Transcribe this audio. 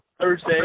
Thursday